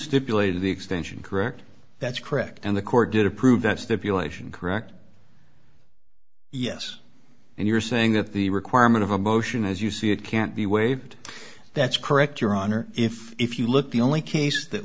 play the extension correct that's correct and the court did approve that stipulation correct yes and you're saying that the requirement of a motion as you see it can't be waived that's correct your honor if if you look the only case that